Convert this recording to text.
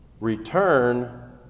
Return